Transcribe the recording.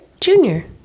Junior